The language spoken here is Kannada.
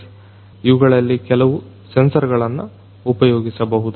ಹಾಗಾಗಿ ಇವುಗಳಲ್ಲಿ ಕೆಲವು ಸೆನ್ಸರ್ಗಳನ್ನ ಉಪಯೋಗಿಸಬಹುದು